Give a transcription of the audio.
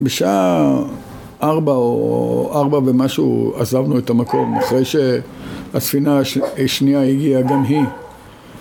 בשעה ארבע או ארבע ומשהו עזבנו את המקום אחרי שהספינה השנייה הגיעה גם היא